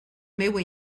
meua